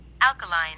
alkaline